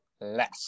less